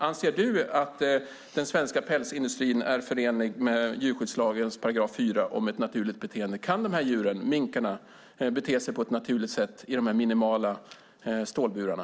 Anser du att den svenska pälsindustrin är förenlig med djurskyddslagens § 4 om ett naturligt beteende? Kan minkarna bete sig på ett naturligt sätt i de minimala stålburarna?